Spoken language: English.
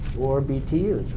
or btu's